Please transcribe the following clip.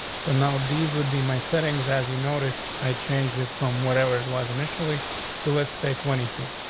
so now, these would be my settings. as you noticed, i changed it from whatever it was initially to, let's say twenty two.